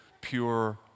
pure